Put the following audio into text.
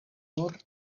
nur